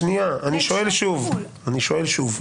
אני שואל שוב: